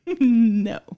No